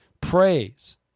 Praise